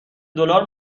دلار